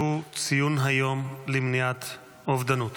ציון היום למניעת אובדנות.